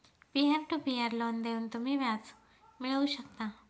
peer to peer loan देऊन तुम्ही व्याज मिळवू शकता